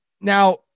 Now